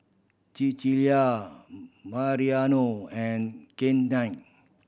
Cecelia Mariano and Kennith